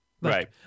Right